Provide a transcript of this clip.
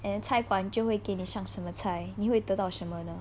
and 菜馆就会给你上什么菜你会得到什么呢